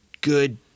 good